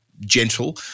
gentle